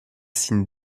signes